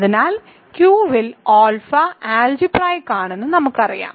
അതിനാൽ Q will alpha algebraic ആണെന്ന് നമുക്കറിയാം